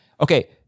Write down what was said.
Okay